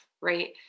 right